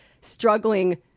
struggling